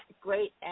great